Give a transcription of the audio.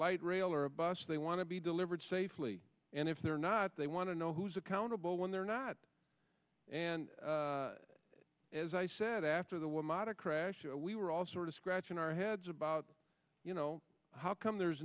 light rail or a bus they want to be delivered safely and if they're not they want to know who's accountable when they're not and as i said after the woman out of crash we were all sort of scratching our heads about you know how come there's